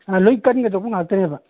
ꯂꯣꯏ ꯀꯟꯒꯗꯧꯕ ꯉꯥꯛꯇꯅꯦꯕ